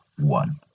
One